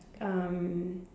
um